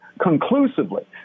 conclusively